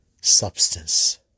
substance